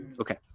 okay